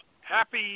happy